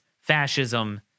fascism